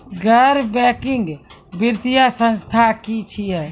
गैर बैंकिंग वित्तीय संस्था की छियै?